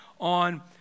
on